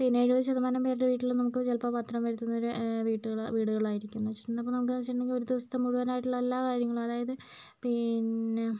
പതിനേഴ് ശതമാനം പേരുടെ വീട്ടിലും നമുക്ക് ചിലപ്പോൾ പത്രം വരുത്തുന്നൊരു വീട്ട്കള് വീടുകളായിരിക്കും എന്ന് വച്ചിട്ടുണ്ടെൽ അപ്പോൾ നമുക്കേ വച്ചിട്ടുണ്ടങ്കിൽ ഒരു ദിവസത്തെ മുഴുവനായിട്ടുള്ള എല്ലാ കാര്യങ്ങളും അതായത് പിന്നെ